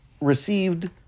received